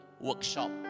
workshop